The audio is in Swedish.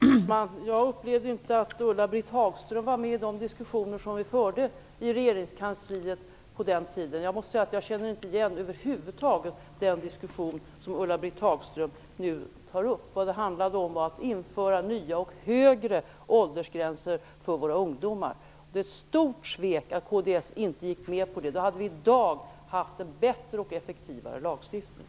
Fru talman! Jag upplevde inte att Ulla-Britt Hagström var med i de diskussioner som vi förde i regeringskansliet på den tiden. Jag känner över huvud taget inte igen den diskussion som Ulla-Britt Hagström nu tar upp. Vad det handlade om var att införa nya och högre åldersgränser för våra ungdomar. Det är ett stort svek att kds inte gick med på det. Då hade vi i dag haft en bättre och effektivare lagstiftning.